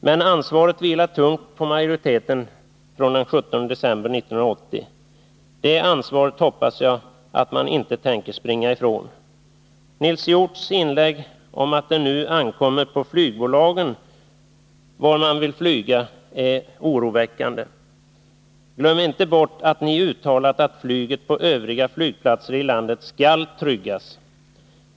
Men ansvaret vilar tungt på majoriteten från den 17 december 1980. Det ansvaret hoppas jag att man inte tänker springa ifrån. Nils Hjorths uttalande att det nu ankommer på flygbolagen att avgöra var man vill flyga är oroväckande. Glöm inte bort att ni uttalade att flyget på övriga flygplatser i landet skall tryggas.